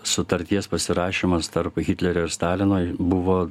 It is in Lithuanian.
sutarties pasirašymas tarp hitlerio ir stalinui buvo